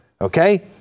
Okay